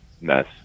mess